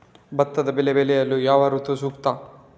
ಭತ್ತದ ಬೆಳೆ ಬೆಳೆಯಲು ಯಾವ ಋತು ಸೂಕ್ತ?